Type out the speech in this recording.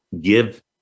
give